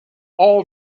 all